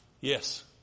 Yes